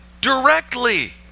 Directly